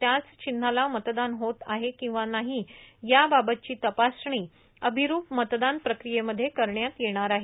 त्याच चिन्हाला मतदान होत आहे किंवा नाही याबाबतची तपासणी अभिरुप मतदान प्रक्रियेमध्ये करण्यात येणार आहे